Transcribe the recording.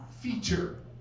feature